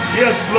yes